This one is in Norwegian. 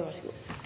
er